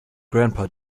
grandpa